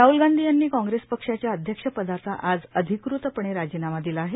राहल गांधी यांनी कांग्रेस पक्षाच्या अध्यक्ष पदाचा आज अधिकृतपणे राजिनामा दिला आहे